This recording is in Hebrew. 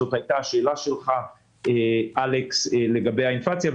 זאת הייתה השאלה שלך, אלכס, לגבי האינפלציה.